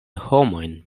homojn